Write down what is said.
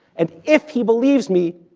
and if he believes me,